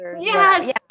Yes